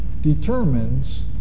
determines